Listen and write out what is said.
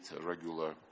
regular